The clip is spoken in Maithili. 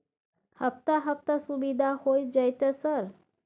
हफ्ता हफ्ता सुविधा होय जयते सर?